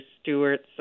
Stewart's